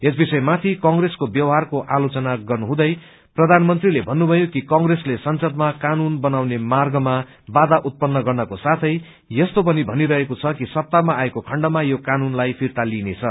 यस विषय माथि कंग्रेसको व्यवहारको आलोचना गर्नुहुँदै प्रधानमंत्रीले भन्नुभयो कि कंग्रेसले संसदमा कानून बनाउने र्मागमा वाधा उत्पन्न गर्नको साथै यस्तो पनि भनिरहेको छ कि सत्तामा आएको खण्डमा यो कानूनलाई फिर्ता लिइनेछ